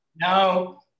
No